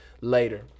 later